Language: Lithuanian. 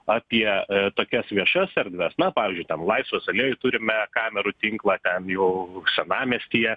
apie tokias viešas erdves na pavyzdžiui ten laisvės alėjoj turime kamerų tinklą ten jau senamiestyje